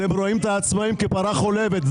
אתם רואים את העצמאים כפרה חולבת,